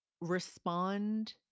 respond